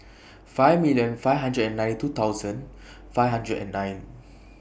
five million five hundred and ninety two thousand five hundred and nine